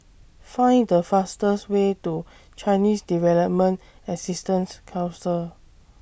Find The fastest Way to Chinese Development Assistance Council